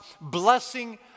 blessing